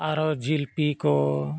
ᱟᱨᱚ ᱡᱷᱤᱞᱯᱤ ᱠᱚ